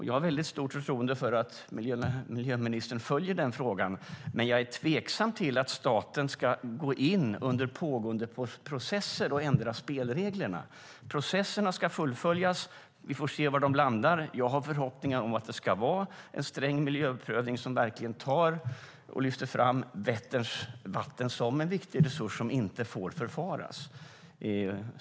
Jag har stort förtroende för att miljöministern följer den frågan, men jag är tveksam till att staten ska gå in under pågående processer och ändra spelreglerna. Processerna ska fullföljas. Vi får se var de landar. Jag har förhoppningar om att det ska vara en sträng miljöprövning som verkligen lyfter fram Vätterns vatten som en viktig resurs som inte får förfaras.